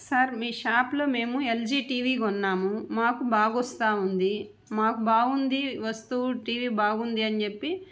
sir మీ షాపులో మేము ఎల్జి టీవీ కొన్నాము మాకు బాగా వస్తుంది మాకు బాగుంది వస్తువు టీవీ బాగుంది అని చెప్పి